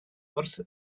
wrth